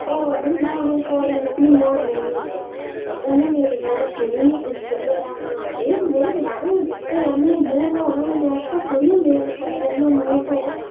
होर निं दाने फोड़े निकली पौन मूंहे पर उ'नें मेरी गल्ल सुनी निं उस बेल्लै एह् आं एह् में नमें लिपस्टिक आह्न्नेआ मूंह् धोना ते में आखेआ कुड़िये मैलखोरे कन्नै मूंह् धो